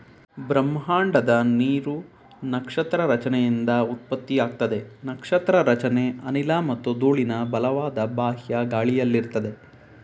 ಬ್ರಹ್ಮಾಂಡದ ನೀರು ನಕ್ಷತ್ರ ರಚನೆಯಿಂದ ಉತ್ಪತ್ತಿಯಾಗ್ತದೆ ನಕ್ಷತ್ರ ರಚನೆ ಅನಿಲ ಮತ್ತು ಧೂಳಿನ ಬಲವಾದ ಬಾಹ್ಯ ಗಾಳಿಯಲ್ಲಿರ್ತದೆ